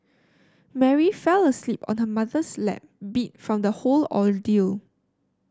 Mary fell asleep on her mother's lap beat from the whole ordeal